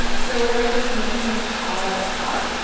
so was i just making this all up?